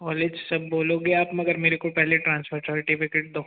college सब बोलोगे आप मगर मेरे को पहले ट्रांसफ़र सर्टीफ़िकेट दो